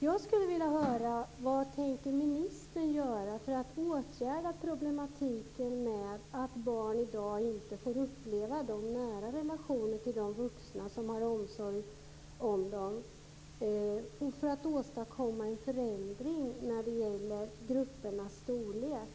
Jag skulle vilja höra vad ministern tänker göra för att åtgärda problematiken att barn i dag inte får uppleva sådana nära relationer till de vuxna som har omsorg om dem och för att åstadkomma en förändring av gruppernas storlek.